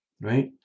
right